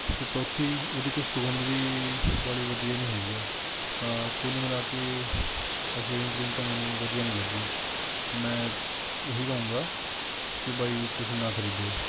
ਅਤੇ ਚੌਥੀ ਇਹਦੀ ਕੋਈ ਸੁਗੰਧ ਵੀ ਬਾਹਲੀ ਵਧੀਆ ਨਹੀਂ ਹੈਗੀ ਆ ਤਾਂ ਕੁੱਲ ਮਿਲਾ ਕੇ ਆਹ ਸ਼ੇਵਿੰਗ ਕਰੀਮ ਤਾਂ ਮੈਨੂੰ ਵਧੀਆ ਨਹੀਂ ਲੱਗੀ ਮੈਂ ਇਹ ਹੀ ਕਹੂੰਗਾ ਕਿ ਬਾਈ ਤੁਸੀਂ ਨਾ ਖਰੀਦਿਓ